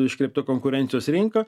iškreipta konkurencijos rinka